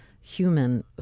human